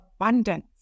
abundance